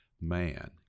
Man